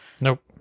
Nope